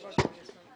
מי נמנע?